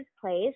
place